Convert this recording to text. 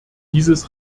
dieses